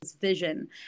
vision